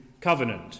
covenant